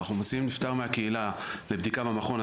אנחנו מוציאים נפטר מהקהילה לבדיקה במכון,